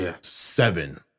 seven